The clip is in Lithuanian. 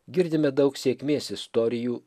girdime daug sėkmės istorijų